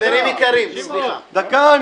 דקה.